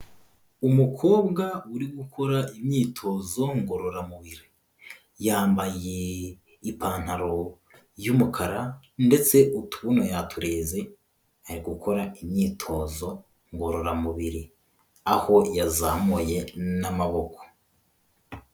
Umukobwa uri gukora imyitozo ngororamubiri, yambaye ipantaro y'umukara ndetse utubuno yatureze, ari gukora imyitozo ngororamubiri, aho yazamuye n'amaboko.